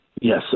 yes